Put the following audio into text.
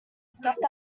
stuffed